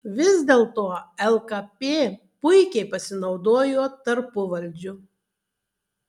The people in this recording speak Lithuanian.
vis dėlto lkp puikiai pasinaudojo tarpuvaldžiu